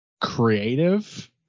creative